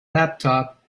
laptop